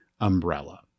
umbrella